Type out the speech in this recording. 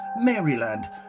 Maryland